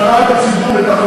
הוועדה הציבורית.